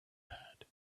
had